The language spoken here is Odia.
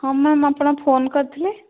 ହଁ ମ୍ୟାମ ଆପଣ ଫୋନ କରିଥିଲେ